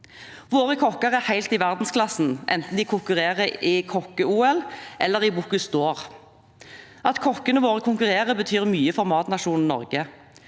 Våre kokker er helt i verdensklasse, enten de konkurrerer i kokke-OL eller i Bocuse d’Or. At kokkene våre konkurrerer, betyr mye for matnasjonen Norge.